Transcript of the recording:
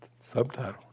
subtitle